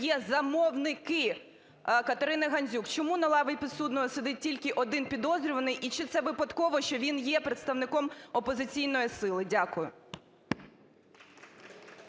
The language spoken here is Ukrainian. є замовники КатериниГандзюк. Чому на лаві підсудного сидить тільки один підозрюваний, і чи це випадково, що він є представником опозиційної сили? Дякую.